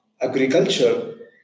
agriculture